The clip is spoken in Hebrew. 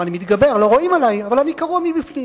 אני מתגבר, לא רואים עלי, אבל אני קרוע מבפנים.